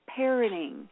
Parenting